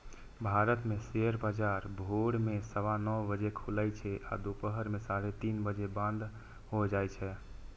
भारत मे शेयर बाजार भोर मे सवा नौ बजे खुलै छै आ दुपहर मे साढ़े तीन बजे बंद भए जाए छै